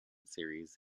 series